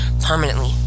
Permanently